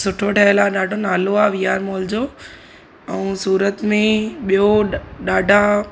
सुठो ठहियल आहे ॾाढो नालो आहे वी आर मॉल जो ऐं सूरत में ॿियो ॾ ॾाढा